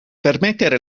permettere